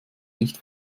nicht